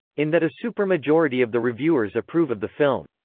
in that a supermajority of the reviewers approve of the film.